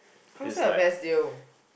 how is it the best deal